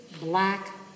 black